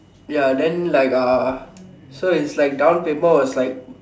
ya then like ah so his like down payment was like